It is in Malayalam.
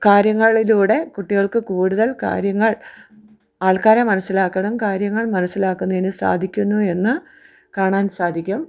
കാര്യങ്ങളിലൂടെ കുട്ടികൾക്ക് കൂടുതൽ കാര്യങ്ങൾ ആൾക്കാരെ മനസ്സിലാക്കണം കാര്യങ്ങൾ മനസ്സിലാക്കുന്നതിന് സാധിക്കുന്നു എന്ന് കാണാൻ സാധിക്കും